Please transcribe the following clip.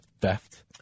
theft